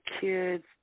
kids